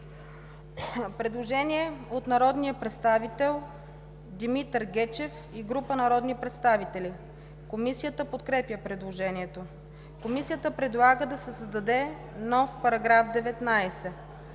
Предложение на народния представител Димитър Гечев и група народни представители. Комисията подкрепя предложението. Комисията предлага да се създаде нов § 21: „§ 21.